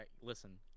listen